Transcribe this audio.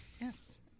Yes